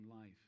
life